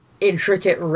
intricate